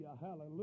hallelujah